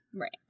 Right